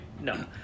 no